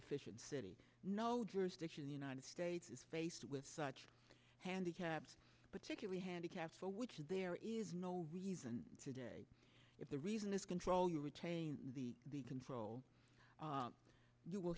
efficient city no jurisdiction the united states is faced with such handicaps particularly handicaps for which there is no reason today if the reason is control you retain the control you will